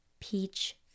Peach